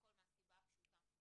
לפרוטוקול מהסיבה הפשוטה: